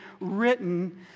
written